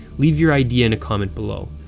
leave your idea in a comment below.